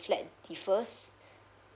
flat differs